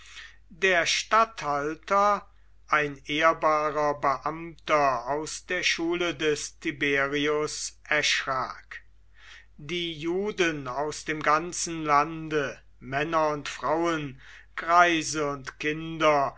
der statthalter ein ehrbarer beamter aus der schule des tiberius erschrak die juden aus dem ganzen lande männer und frauen greise und kinder